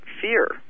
fear